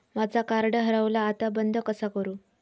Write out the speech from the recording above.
माझा कार्ड हरवला आता बंद कसा करू?